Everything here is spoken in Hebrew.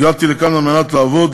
הגעתי לכאן כדי לעבוד.